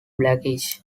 blackish